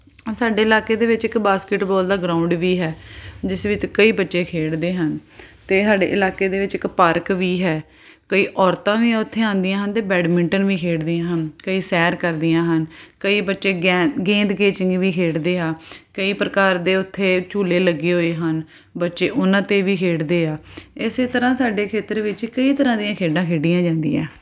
ਸਾਡੇ ਇਲਾਕੇ ਦੇ ਵਿੱਚ ਇੱਕ ਬਾਸਕਿਟਬਾਲ ਦਾ ਗਰਾਊਂਡ ਵੀ ਹੈ ਜਿਸ ਵਿੱਚ ਕਈ ਬੱਚੇ ਖੇਡਦੇ ਹਨ ਅਤੇ ਸਾਡੇ ਇਲਾਕੇ ਦੇ ਵਿੱਚ ਇੱਕ ਪਾਰਕ ਵੀ ਹੈ ਕਈ ਔਰਤਾਂ ਵੀ ਉੱਥੇ ਆਉਂਦੀਆਂ ਹਨ ਅਤੇ ਬੈਡਮਿੰਟਨ ਵੀ ਖੇਡਦੀਆਂ ਹਨ ਕਈ ਸੈਰ ਕਰਦੀਆਂ ਹਨ ਕਈ ਬੱਚੇ ਗੇਂਦ ਗੇਂਦ ਕੇਚਿੰਗ ਵੀ ਖੇਡਦੇ ਆ ਕਈ ਪ੍ਰਕਾਰ ਦੇ ਉੱਥੇ ਝੂਲੇ ਲੱਗੇ ਹੋਏ ਹਨ ਬੱਚੇ ਉਹਨਾਂ 'ਤੇ ਵੀ ਖੇਡਦੇ ਆ ਇਸੇ ਤਰ੍ਹਾਂ ਸਾਡੇ ਖੇਤਰ ਵਿੱਚ ਕਈ ਤਰ੍ਹਾਂ ਦੀਆਂ ਖੇਡਾਂ ਖੇਡੀਆਂ ਜਾਂਦੀਆਂ